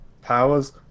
powers